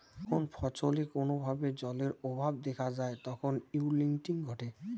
যখন ফছলে কোনো ভাবে জলের অভাব দেখা যায় তখন উইল্টিং ঘটে